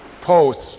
post